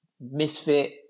misfit